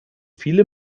viele